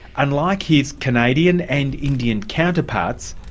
and like his canadian and indian counterparts,